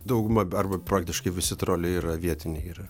dauguma arba praktiškai visi troliai yra vietiniai yra